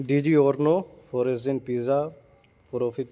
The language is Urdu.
ڈیجی اورنو فوریزن پیزا پروفٹ